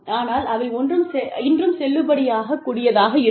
ஆனால் அவை இன்றும் செல்லுபடியாக கூடியதாக இருக்கும்